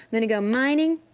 i'm gonna go mining